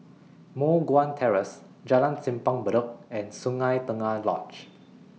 Moh Guan Terrace Jalan Simpang Bedok and Sungei Tengah Lodge